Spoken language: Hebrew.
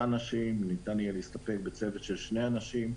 אנשים ניתן יהיה להסתפק בצוות של שני אנשים.